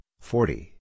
forty